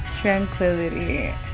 tranquility